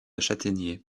chataignier